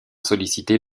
sollicité